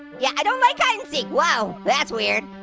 yeah, i don't like hide and seek. whoa! that's weird.